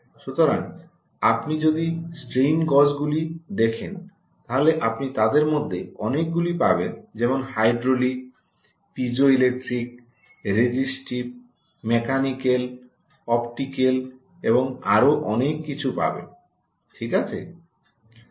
সুতরাং আপনি যদি স্ট্রেইন গজগুলি দেখেন তাহলে আপনি তাদের মধ্যে অনেকগুলি পাবেন যেমন hydraulic piezoelectric resistive mechanical optical এবং আরও অনেক কিছু পাবেন ঠিক আছে